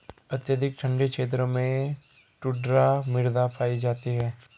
अत्यधिक ठंडे क्षेत्रों में टुण्ड्रा मृदा पाई जाती है